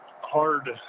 hard